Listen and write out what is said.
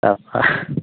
অঁ